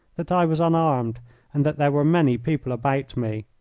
that i was unarmed, and that there were many people about me.